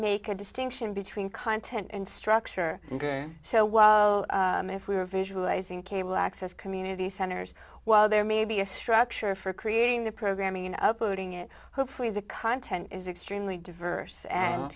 make a distinction between content and structure ok so while if we are visualizing cable access community centers while there may be a structure for creating the programming in uploading it hopefully the content is extremely diverse and